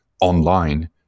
online